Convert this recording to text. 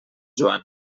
joan